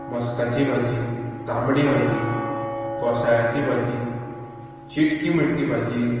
मस्काची भाजी तांबडी भाजी गोंसाळ्याची भाजी चिटकी मिटकी भाजी